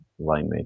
linemate